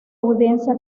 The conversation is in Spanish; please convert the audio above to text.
audiencia